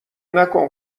نکن